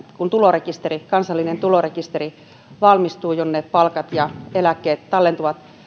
kun valmistuu kansallinen tulorekisteri jonne palkat ja eläkkeet tallentuvat